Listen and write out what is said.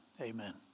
amen